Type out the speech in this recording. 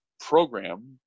program